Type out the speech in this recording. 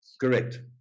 Correct